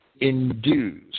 induce